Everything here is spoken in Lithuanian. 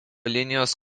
linijos